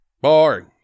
Boring